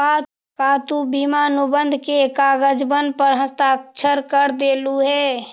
का तु बीमा अनुबंध के कागजबन पर हस्ताक्षरकर देलहुं हे?